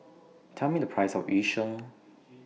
Tell Me The Price of Yu Sheng